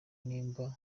niba